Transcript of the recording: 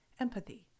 empathy